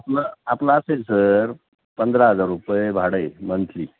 आपलं आपलं असेल सर पंधरा हजार रुपये भाडं आहे मंथली